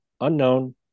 unknown